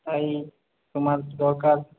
তাই তোমার দরকার